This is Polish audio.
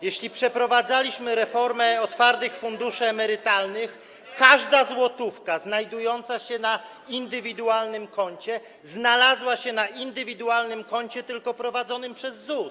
Kiedy przeprowadzaliśmy reformę otwartych funduszy emerytalnych, każda złotówka znajdująca się na indywidualnym koncie znalazła się na indywidualnym koncie, tylko prowadzonym przez ZUS.